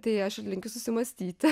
tai aš ir linkiu susimąstyti